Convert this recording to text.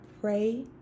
pray